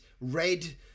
red